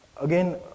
Again